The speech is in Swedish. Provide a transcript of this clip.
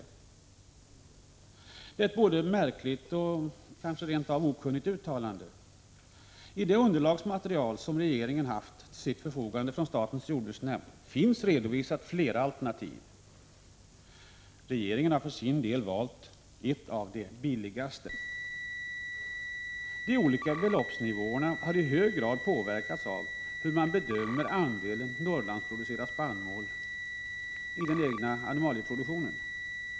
Det är ett både märkligt och kanske rent av okunnigt uttalande. I det underlagsmaterial som regeringen haft till sitt förfogande från statens jordbruksnämnd finns redovisat flera alternativ. Regeringen har för sin del valt ett av de billigaste. De olika beloppsnivåerna har i hög grad påverkats hur man bedömmer andelen Norrlandsproducerad spannmål i den egna animalieproduktionen.